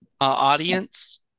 audience